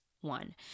one